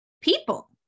people